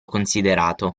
considerato